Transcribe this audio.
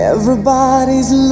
Everybody's